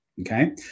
okay